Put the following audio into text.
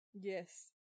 Yes